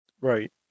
Right